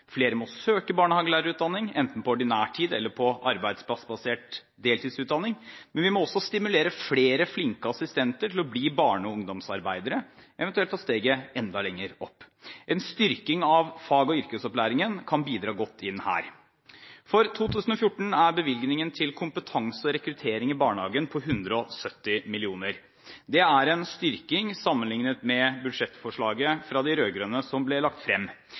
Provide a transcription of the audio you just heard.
Flere må søke barnehagelærerutdanning, enten på ordinær tid eller på arbeidsplassbasert deltidsutdanning. Vi må også stimulere flere flinke assistenter til å bli barne- og ungdomsarbeidere, eventuelt ta steget enda lenger opp. En styrking av fag- og yrkesopplæringen kan bidra godt inn her. For 2014 er bevilgningen til kompetanse og rekruttering i barnehagen på 170 mill. kr. Det er en styrking sammenlignet med det budsjettforslaget som de rød-grønne la frem.